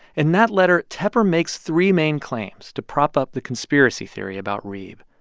in that letter, tepper makes three main claims to prop up the conspiracy theory about reeb.